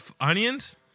onions